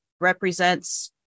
represents